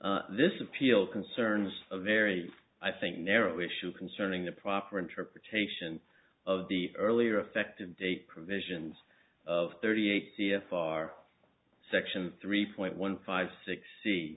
and this appeal concerns a very i think narrow issue concerning the proper interpretation of the earlier effective date provisions of thirty eight c f r section three point one five six c